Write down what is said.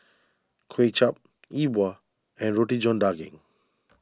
Kuay Chap E Bua and Roti John Daging